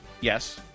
Yes